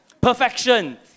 perfection